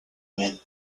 men